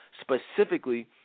Specifically